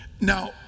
Now